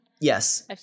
Yes